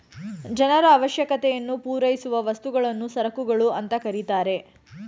ಜನರ ಅವಶ್ಯಕತೆಯನ್ನು ಪೂರೈಸುವ ವಸ್ತುಗಳನ್ನು ಸರಕುಗಳು ಅಂತ ಕರೆತರೆ